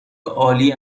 عالی